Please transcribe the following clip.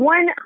One